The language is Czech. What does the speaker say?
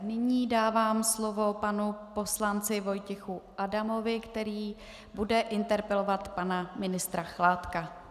Nyní dávám slovo panu poslanci Vojtěchu Adamovi, který bude interpelovat pana ministra Chládka.